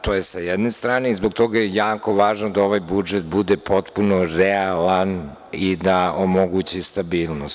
To je sa jedne strane i zbog toga je jako važno da ovaj budžet bude potpuno realan i da omogući stabilnost.